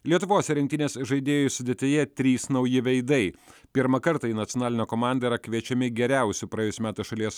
lietuvos rinktinės žaidėjų sudėtyje trys nauji veidai pirmą kartą į nacionalinę komandą kviečiami geriausi praėjusių metų šalies